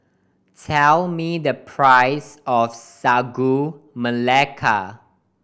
tell me the price of Sagu Melaka